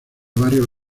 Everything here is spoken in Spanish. varios